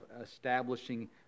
establishing